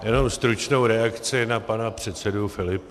Jenom stručnou reakci na pana předsedu Filipa.